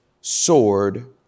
sword